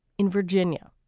in virginia,